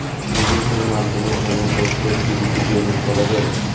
Google Pay মাধ্যমে ফোনের postpaid bill কি পেমেন্ট করা যায়?